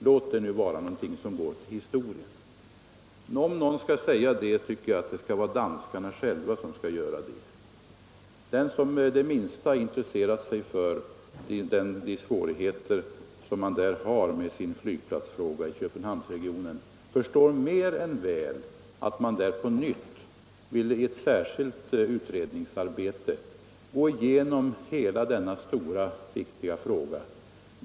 Låt det bli något som bara går till historien!” Om någon skall säga det, tycker jag att det skall vara danskarna själva. Den som det minsta intresserat sig för svårigheterna med flygplatsfrågan i Köpenhamnsregionen förstår mer än väl att man där på nytt vill i ett särskilt utredningsarbete gå igenom hela detta stora och viktiga ärende.